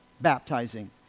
baptizing